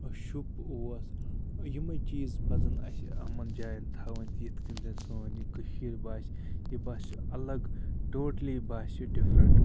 شُپ اوس یِمٕے چیٖز پَزَن اَسہِ یِمَن جایَن تھاوٕنۍ یِتھ کَنہِ زَنہٕ سٲنۍ یہِ کٔشیٖر باسہِ یہِ باسہِ الگ ٹوٹلی باسہِ یہِ ڈفرنٛٹ